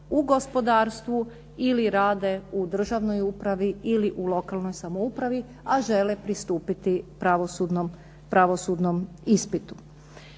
u gospodarstvu ili rade u državnoj upravi ili u lokalnoj samoupravi a žele pristupiti pravosudnom ispitu.